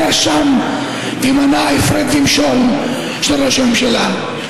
היה שם ומנע הפרד ומשול של ראש הממשלה.